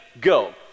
Go